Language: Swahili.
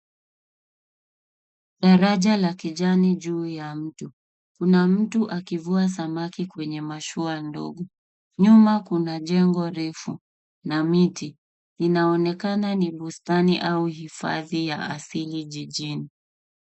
Daraja la kijani juu ya mtu. Kuna mtu akivua samaki kwenye mashua ndogo. Nyuma kuna jengo refu na miti. Inaonekana ni bustani au hifadhi ya asili jijini.